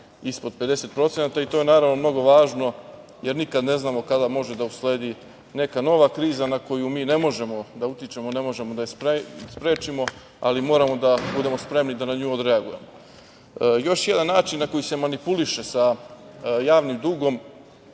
ispod 50% i to je naravno mnogo važno, jer nikad ne znamo kada može da usledi neka nova kriza na koju mi ne možemo da utičemo, ne možemo da je sprečimo, ali moramo da budemo spremni da na nju odreagujemo. Još jedan način na koji se manipuliše sa javnim dugom